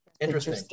Interesting